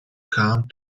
come